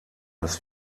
das